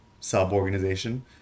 sub-organization